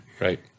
Right